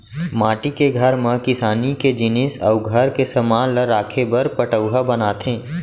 माटी के घर म किसानी के जिनिस अउ घर के समान ल राखे बर पटउहॉं बनाथे